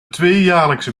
tweejaarlijkse